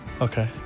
Okay